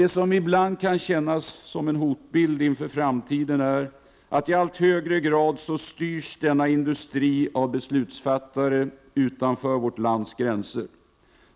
Det som ibland kan upplevas som en hotbild inför framtiden är att denna industri i allt högre grad styrs av beslutsfattare utanför vårt lands gränser.